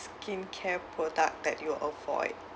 skincare product that you avoid